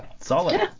Solid